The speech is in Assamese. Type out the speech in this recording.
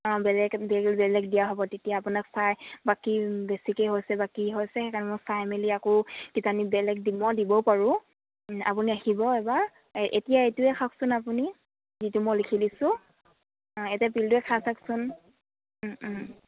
অঁ বেলেগ বেলেগ দিয়া হ'ব তেতিয়া আপোনাক চাই বাকী বেছিকে হৈছে বা কি হৈছে সেইকাৰণে মই চাই মেলি আকৌ কিজানি বেলেগ দিম দিব পাৰোঁ আপুনি আহিব এবাৰ এতিয়া এইটোৱে খাওকচোন আপুনি যিটো মই লিখি দিছোঁ অঁ এতিয়া পিলটোৱে খাই চকচোন